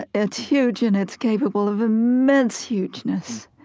ah it's huge, and it's capable of immense hugeness.